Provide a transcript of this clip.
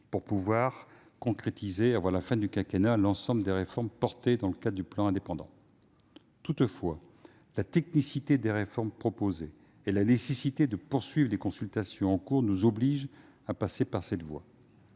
pour pouvoir concrétiser avant la fin du quinquennat l'ensemble des réformes comprises dans le plan Indépendants. Toutefois, la technicité des réformes proposées et la nécessité de poursuivre les consultations en cours nous obligent à passer par cette voie.